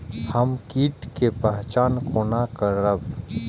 हम कीट के पहचान कोना करब?